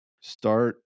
start